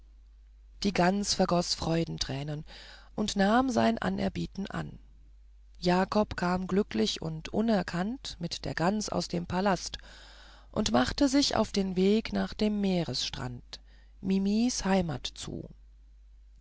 die gans vergoß freudentränen und nahm sein anerbieten an jakob kam glücklich und unerkannt mit der gans aus dem palast und machte sich auf den weg nach dem meeresstrand mimis heimat zu